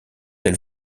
elle